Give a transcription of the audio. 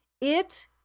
It